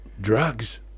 drugs